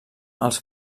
als